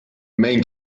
main